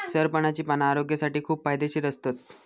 सरपणाची पाना आरोग्यासाठी खूप फायदेशीर असतत